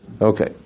Okay